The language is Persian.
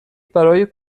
برای